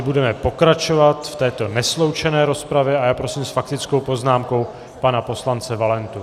Budeme pokračovat v této nesloučené rozpravě a já prosím s faktickou poznámkou pana poslance Valentu.